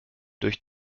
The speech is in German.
durch